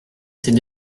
s’est